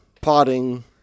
potting